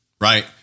right